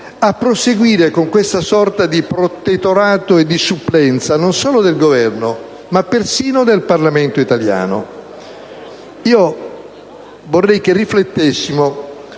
a proseguire con questa sorta di protettorato e di supplenza non solo del Governo, ma persino del Parlamento italiano. Vorrei che riflettessimo